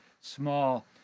small